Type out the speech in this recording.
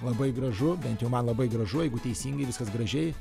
labai gražu bent jau man labai gražu jeigu teisingai viskas gražiai